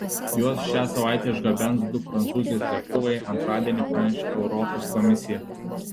juos šią savaitę išgabens du prancūzijos lėktuvai antradienį pranešė europos komisija